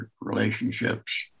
relationships